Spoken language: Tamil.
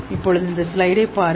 இது கூட்டமா